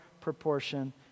proportion